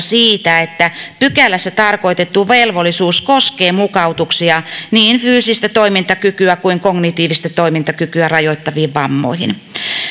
siitä että pykälässä tarkoitettu velvollisuus koskee mukautuksia niin fyysistä toimintakykyä kuin kognitiivista toimintakykyä rajoittaviin vammoihin